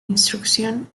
instrucción